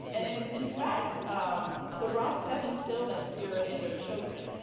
and in in fact the roub's have instilled that spirit in their children.